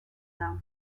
tan